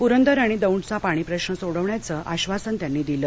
पुरंदर आणि दौंडचा पाणीप्रश्न सोडवण्याचं आश्वासन त्यांनी दिलं